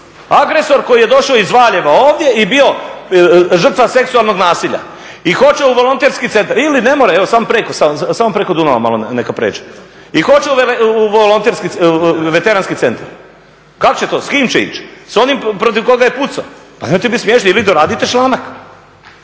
agresor koji je došao iz Valjeva ovdje i bio žrtva seksualnog nasilja i hoće u veteranski centar ili ne mora evo samo preko Dunava neka malo pređe i hoće u veteranski centar, kako će to, s kim će ići? S onim protiv koga je pucao? Pa nemojte biti smiješni ili doradite članak.